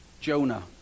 Jonah